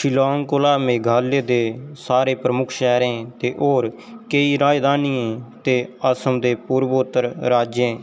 शिलांग कोला मेघालय दे सारे प्रमुख शैह्रें ते होर केई राजधानियें ते असम दे पूर्वोत्तर राज्यें